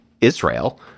Israel